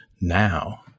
now